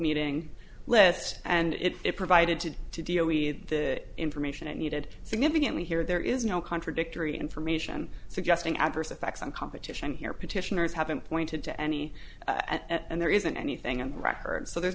meeting list and it provided to deal with the information it needed significantly here there is no contradictory information suggesting adverse effects on competition here petitioners haven't pointed to any and there isn't anything on record so there's